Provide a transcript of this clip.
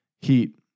heat